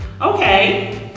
Okay